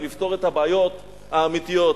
ולפתור את הבעיות האמיתיות.